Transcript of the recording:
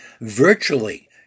virtually